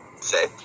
say